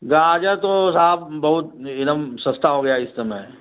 गाजर तो साहब बहुत एकदम सस्ता हो गया इस समय